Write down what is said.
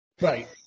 Right